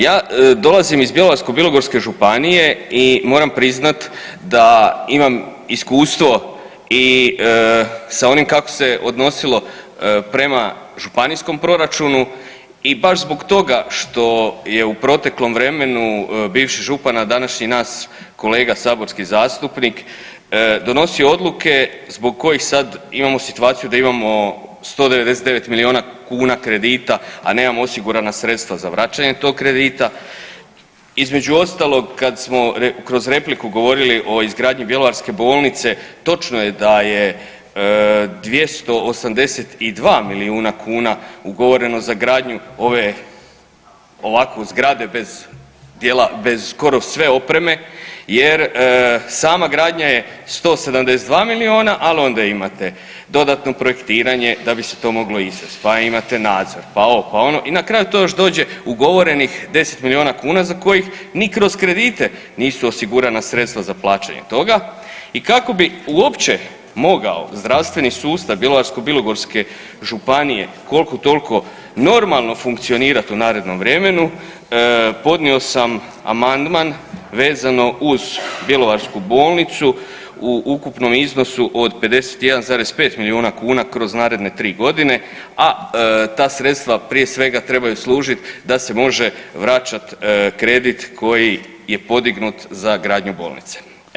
Ja dolazim iz Bjelovarsko-bilogorske županije i moram priznati da imam iskustvo i sa onim kako se odnosilo prema županijskom proračunu i baš zbog toga što je u proteklom vremenu bivši župan, a današnji naš kolega saborski zastupnik donosio odluke zbog kojih sad imamo situaciju da imamo 199 milijuna kuna kredita, a nemamo osigurana sredstva za vraćanje tog kredita, između ostalog, kad smo kroz repliku govorili o izgradnji bjelovarske bolnice, točno je da je 282 milijuna kuna ugovoreno za gradnju ove, ovakve zgrade bez, dijela bez skoro sve opreme jer sama gradnja je 172 milijuna, al onda imate dodano projektiranje da bi se to moglo izvesti, pa imate nadzor, pa ovo, pa ono i na kraju to još dođe ugovorenih 10 milijuna kuna za kojih ni kroz kredite nisu osigurana sredstva za plaćanje toga i kako bi uopće mogao zdravstveni sustav Bjelovarsko-bilogorske županije koliko toliko normalno funkcionirati u narednom vremenu, podnio sam amandman vezano uz bjelovarsku bolnicu u ukupnom iznosu od 51,5 milijuna kuna kroz naredne 3 godine, a ta sredstva prije svega, trebaju služiti da se može vraćati kredit koji je podignut za gradnju bolnice.